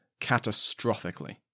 catastrophically